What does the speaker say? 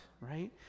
right